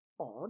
Odd